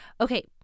Okay